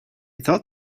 thought